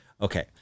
okay